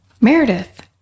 Meredith